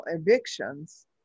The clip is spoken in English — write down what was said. evictions